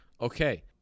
Okay